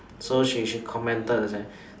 so she she commented she say